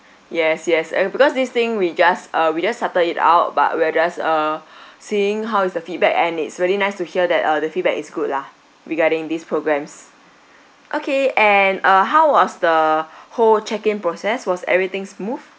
yes yes ever~ because this thing we just uh we just started it out but we are just uh seeing how is the feedback and it's really nice to hear that uh the feedback is good lah regarding these programmes okay and uh how was the whole check in process was everything smooth